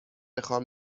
خام